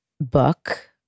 book